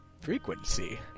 Frequency